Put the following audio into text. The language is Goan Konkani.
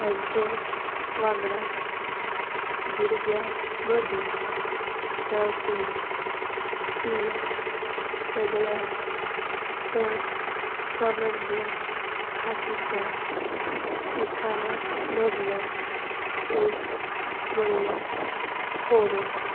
हांचे वांगडाच भुरग्यां मदीं जावपी तीन सगळ्यांत चड सामान्य खातीच्या विकारां मदलो एक म्हळ्यार खोरोज